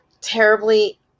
terribly